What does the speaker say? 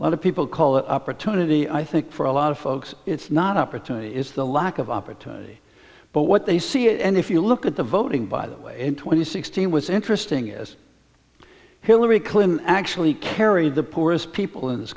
other people call it opportunity i think for a lot of folks it's not opportunity is the lack of opportunity but what they see it and if you look at the voting by the way twenty sixteen was interesting as hillary clinton actually carried the poorest people in this